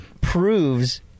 proves